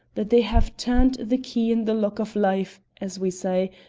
that they have turned the key in the lock of life, as we say,